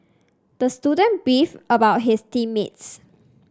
the student beefed about his team mates